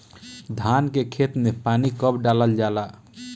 धान के खेत मे पानी कब डालल जा ला?